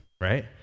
Right